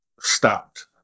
stopped